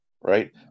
right